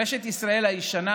רשת ישראל הישנה,